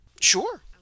Sure